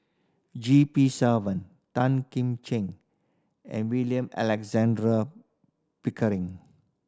G P Selvam Tan Kim Ching and William Alexander Pickering